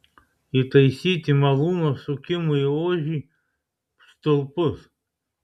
įtaisyti malūno sukimui ožį stulpus